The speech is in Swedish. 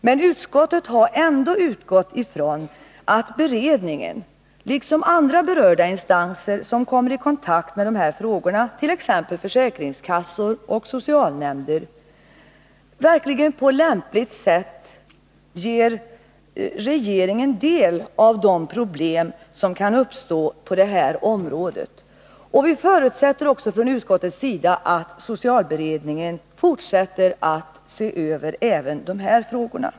Men utskottet har ändå utgått ifrån att beredningen — liksom andra berörda instanser, som kommer i kontakt med dessa frågor, såsom försäkringskassor och socialnämnder — verkligen på lämpligt sätt ger regeringen del av de problem som kan uppstå på det här området. Utskottet förutsätter också att socialberedningen fortsätter att se över även de här frågorna.